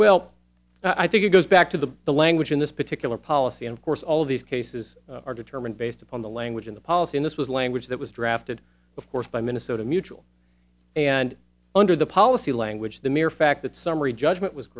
well i think it goes back to the the language in this particular policy and of course all of these cases are determined based upon the language in the policy in this was language that was drafted of course by minnesota mutual and under the policy language the mere fact that summary judgment was